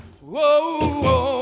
Whoa